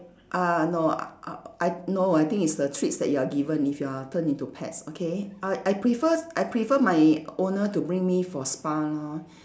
ah no uh uh I no I think it's the treats that you are given if you are turn into pets okay I I prefer I prefer my owner to bring me for spa lor